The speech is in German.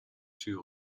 tür